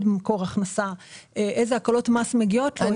מקור הכנסה ואיזה הקלות מס מגיעות לו.